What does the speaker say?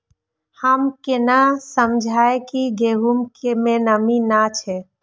हम केना समझये की गेहूं में नमी ने छे?